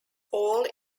all